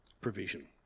provision